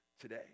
today